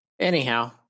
Anyhow